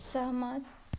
सहमत